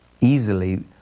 easily